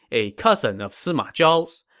a cousin of sima zhao's.